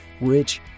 rich